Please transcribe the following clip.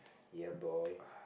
ya boy